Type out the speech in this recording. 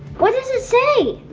what does it say?